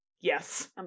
Yes